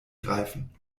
greifen